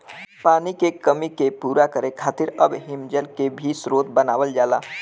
पानी के कमी के पूरा करे खातिर अब हिमजल के भी स्रोत बनावल जाला